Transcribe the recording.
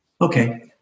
Okay